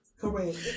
Correct